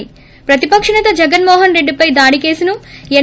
ి స్పుతిపక్ష నేత జగన్మోహన్ రెడ్లిపై దాడి కేసును ఎన్